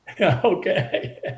Okay